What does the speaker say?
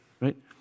right